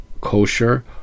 kosher